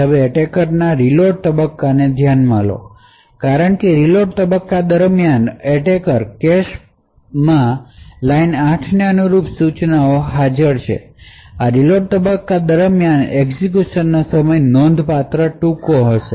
હવે એટેકર ના રીલોડ તબક્કાને ધ્યાનમાં લો કારણ કે રીલોડ તબક્કા દરમિયાન એટેકર કેશ માં લાઇન 8 ને અનુરૂપ સૂચનાઓ હાજર છે આ રીલોડ તબક્કા દરમિયાન એક્ઝેક્યુશનનો સમય નોંધપાત્ર ટૂંકો હશે